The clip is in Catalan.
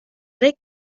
reg